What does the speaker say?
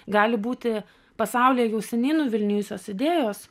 gali būti pasaulyje jau seniai nuvilnijusios idėjos